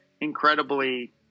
incredibly